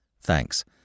Thanks